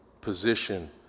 position